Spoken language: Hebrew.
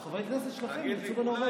חברי כנסת שלכם יצאו בנורבגי.